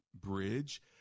bridge